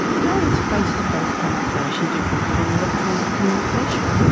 how is face-to-face conversation different from electronic communication?